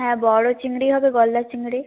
হ্যাঁ বড় চিংড়ি হবে গলদা চিংড়ি